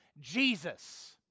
Jesus